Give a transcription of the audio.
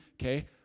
okay